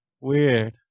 Weird